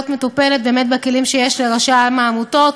מטופלת באמת בכלים שיש לרשם העמותות,